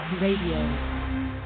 Radio